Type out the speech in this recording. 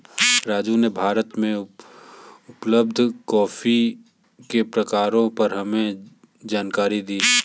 राजू ने भारत में उपलब्ध कॉफी के प्रकारों पर हमें जानकारी दी